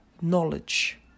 knowledge